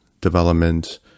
development